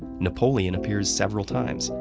napoleon appears several times,